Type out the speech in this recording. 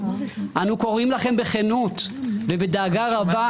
אנו קוראים לכם בכנות ובדאגה רבה